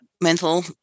Mental